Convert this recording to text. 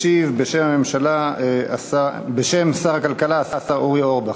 ישיב בשם שר הכלכלה השר אורי אורבך.